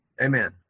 Amen